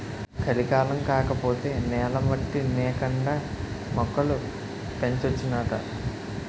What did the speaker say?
కలికాలం కాకపోతే నేల మట్టి నేకండా మొక్కలు పెంచొచ్చునాట